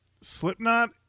Slipknot